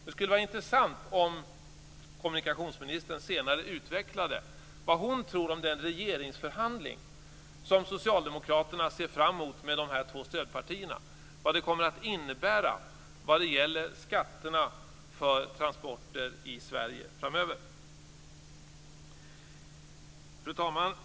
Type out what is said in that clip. Det skulle vara intressant om kommunikationsministern senare kunde utveckla vad hon tror om den regeringsförhandling som Socialdemokraterna ser fram mot med de här två stödpartierna, vad det kommer att innebära vad gäller skatterna för transporter i Sverige framöver. Fru talman!